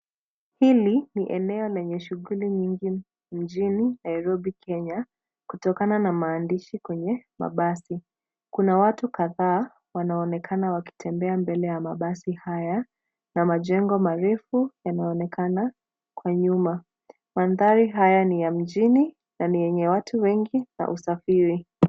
Hili ni eneo lenye shuguli nyingi mjini Nairobi Kenya kutokana na maandishi kwenye mabasi. Kuna watu kadhaa wanaonekana wakitembea mbele ya mabasi haya na majengo marefu yanaonekana kwa nyuma. Mandhari haya ni ya mjini na ni yenye watu wengi na usafiri.